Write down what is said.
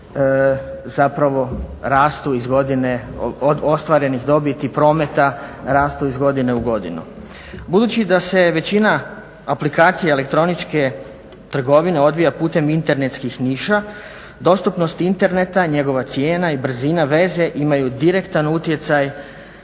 zapravo rastu iz godine, od ostvarenih dobiti prometa rastu iz godine u godinu. Budući da se većina aplikacija elektroničke trgovine odvija putem internetskih ništa, dostupnost interneta i njegova cijena, i brzina veze imaju direktan utjecaj